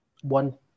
one